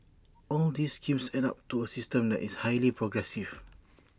all these schemes add up to A system that is highly progressive